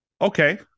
Okay